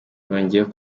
yongeyeko